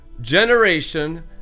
generation